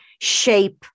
shape